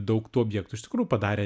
daug tų objektų iš tikrųjų padarė